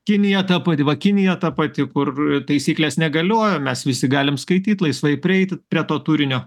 kinija ta pati va kinija ta pati kur taisyklės negalioja mes visi galim skaityt laisvai prieiti prie to turinio